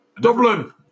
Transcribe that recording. Dublin